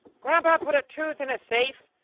granddad put a tooth. in a safe.